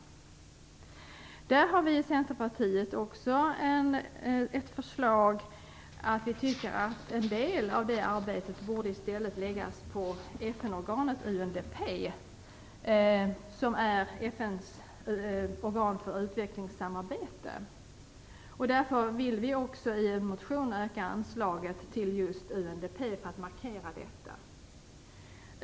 Där har vi i Centerpartiet också ett förslag. Vi tycker att en del av det arbetet i stället borde läggas på FN-organet UNDP, som är FN:s organ för utvecklingssamarbete. Vi har därför i en motion föreslagit att anslaget skall ökas till just UNDP för att markera detta.